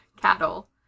cattle